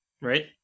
right